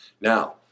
Now